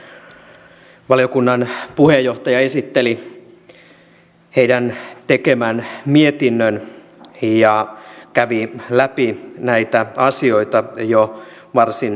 valiokunnan puheenjohtaja esitteli valiokunnan tekemän mietinnön ja kävi läpi näitä asioita jo varsin laajasti